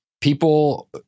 people